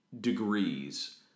degrees